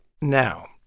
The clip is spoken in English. Now